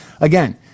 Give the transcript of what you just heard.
again